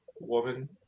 woman